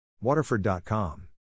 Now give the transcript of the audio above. Waterford.com